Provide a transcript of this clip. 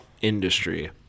industry